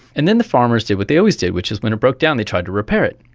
and then the farmers did what they always did which was when it broke down they tried to repair it,